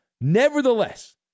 Nevertheless